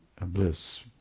bliss